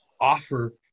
offer